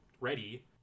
ready